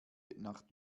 nach